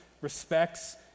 respects